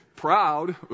proud